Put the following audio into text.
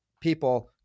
people